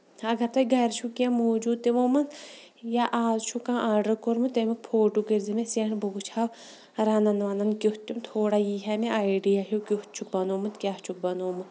اَگر تۄہہِ گرِ چھُو کیٚنٛہہ موٗجوٗد تِمو منٛز یاہ آز چھو کانٛہہ آرڈر کوٚرمُت تَمیُک فوٹوٗ کٔرزِ مےٚ سینڈ بہٕ وُچھ ہا رَنُن وَنُن کیُتھ تھوڑا یی ہا مےٚ آیٚڈِیا ہیٚو کیُتھ چھُکھ بَنٲومُت کیاہ چھُکھ بَنٲومُت